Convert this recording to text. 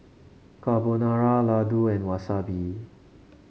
Carbonara Ladoo and Wasabi